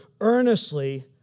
earnestly